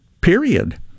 Period